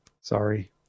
Sorry